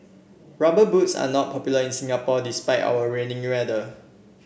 rubber boots are not popular in Singapore despite our rainy weather